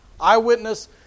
Eyewitness